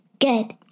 Good